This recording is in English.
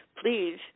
Please